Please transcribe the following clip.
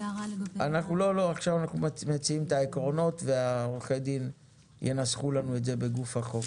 עכשיו אנחנו מציעים את העקרונות ועורכי הדין ינסחו לנו את זה בגוף החוק.